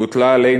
והוטלה עלינו,